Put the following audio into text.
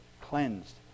cleansed